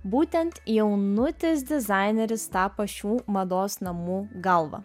būtent jaunutis dizaineris tapo šių mados namų galva